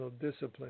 discipline